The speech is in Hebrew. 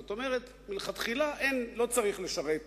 זאת אומרת, מלכתחילה לא צריך לשרת